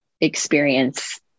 experience